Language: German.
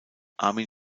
armin